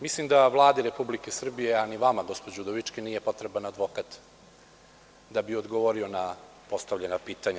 Mislim da Vladi Republike Srbije, a ni vama, gospođo Udovički, nije potreban advokat da bi odgovorio na postavljena pitanja.